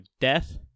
death